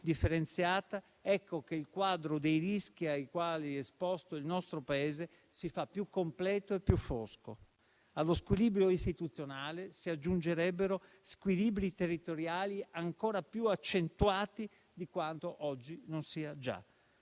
differenziata, ecco che il quadro dei rischi ai quali è esposto il nostro Paese si fa più completo e più fosco. Allo squilibrio istituzionale si aggiungerebbero squilibri territoriali ancora più accentuati di quanto oggi non sia già.